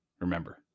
Remember